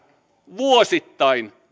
vuosittain